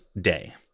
day